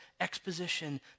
exposition